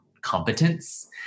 competence